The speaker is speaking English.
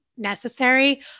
Necessary